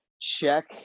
check